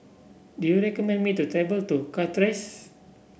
do you recommend me to travel to Castries